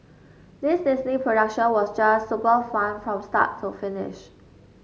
this Disney production was just super fun from start to finish